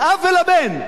לאב ולבן.